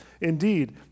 Indeed